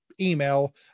email